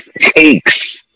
takes